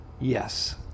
Yes